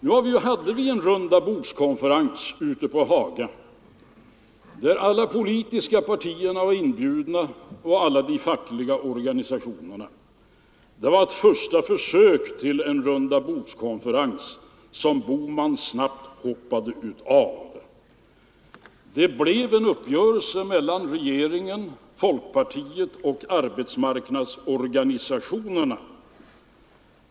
Nu hade vi en rundabordskonferens ute på Haga, där alla de politiska partierna var inbjudna och alla de fackliga organisationerna. Det var ett första försök till en rundabordskonferens — som herr Bohman snabbt hoppade av. Det blev en uppgörelse mellan regeringen, folkpartiet och arbetsmarknadsorganisationerna.